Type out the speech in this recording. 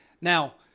Now